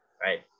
right